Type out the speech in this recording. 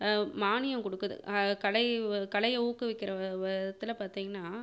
மானியம் கொடுக்குது கலை கலையை ஊக்குவிக்கிற வ விதத்தில் பார்த்தீங்கன்னா